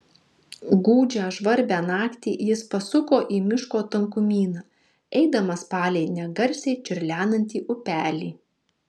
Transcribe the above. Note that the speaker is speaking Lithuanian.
gūdžią žvarbią naktį jis pasuko į miško tankumyną eidamas palei negarsiai čiurlenantį upelį